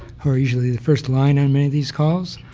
who are usually the first line on many of these calls.